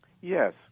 Yes